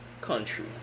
country